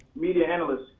media analyst.